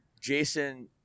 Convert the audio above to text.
Jason